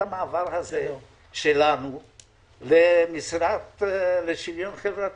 המעבר הזה שלנו למשרד לשוויון חברתי.